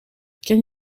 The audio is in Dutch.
ken